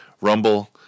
Rumble